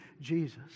Jesus